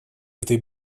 этой